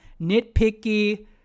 nitpicky